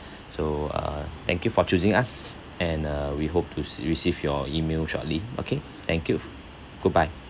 so uh thank you for choosing us and uh we hope to see receive your email shortly okay thank you goodbye